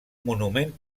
monument